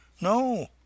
No